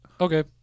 Okay